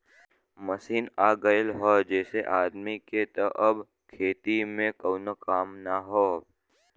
machine आ गयल हौ जेसे आदमी के त अब खेती में कउनो काम ना हौ